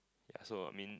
so I mean